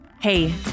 Hey